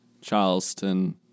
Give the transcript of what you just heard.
Charleston